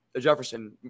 Jefferson